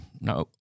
No